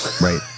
right